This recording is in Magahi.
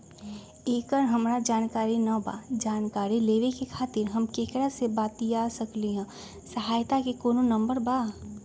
एकर हमरा जानकारी न बा जानकारी लेवे के खातिर हम केकरा से बातिया सकली ह सहायता के कोनो नंबर बा?